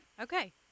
Okay